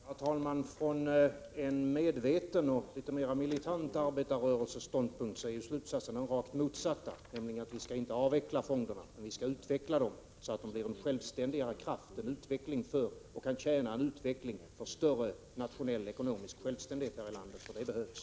Herr talman! Från en medveten och litet mer militant arbetarrörelses ståndpunkt är slutsatsen den rakt motsatta: Vi skall inte avveckla fonderna — vi skall utveckla dem, så att de blir en självständigare kraft och kan tjäna en utveckling mot större nationell ekonomisk självständighet här i landet; det behövs.